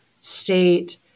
state